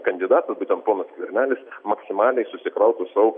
kandidatu tai ten ponas skvernelis maksimaliai susikrautų sau